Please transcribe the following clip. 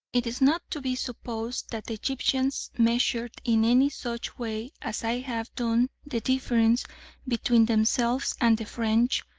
it is not to be supposed that the egyptians measured in any such way as i have done the difference between themselves and the french,